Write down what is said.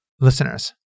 Listeners